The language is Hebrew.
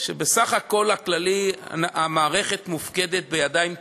שבסך הכול הכללי המערכת מופקדת בידיים טובות,